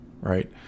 right